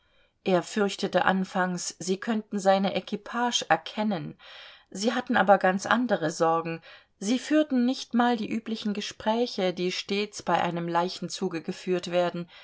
er fürchtete anfangs sie könnten seine equipage erkennen sie hatten aber ganz andere sorgen sie führten nicht mal die üblichen gespräche die stets bei einem leichenzuge geführt werden